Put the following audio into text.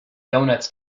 doughnuts